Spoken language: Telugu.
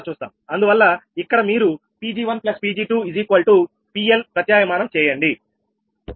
అందువల్ల ఇక్కడ మీరు 𝑃𝑔1𝑃𝑔2PL ప్రత్యాయ మానం చేయండి